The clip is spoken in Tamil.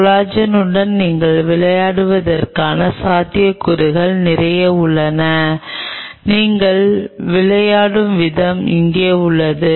கொலாஜனுடன் நீங்கள் விளையாடுவதற்கான சாத்தியக்கூறுகள் நிறைய உள்ளன நீங்கள் விளையாடும் விதம் இங்கே உள்ளது